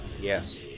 Yes